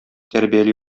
тәрбияли